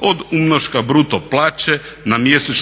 od umnoška bruto plaće na mjesečnoj